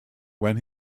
when